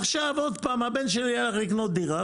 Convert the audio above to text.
עכשיו הבן שלי הלך לקנות דירה,